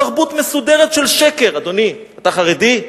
תרבות מסודרת של שקר" אדוני, אתה חרדי?